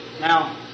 Now